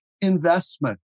investment